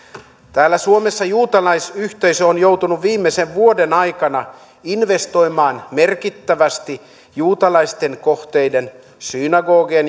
täällä suomessa juutalaisyhteisö on joutunut viimeisen vuoden aikana investoimaan merkittävästi juutalaisten kohteiden synagogien